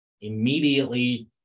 immediately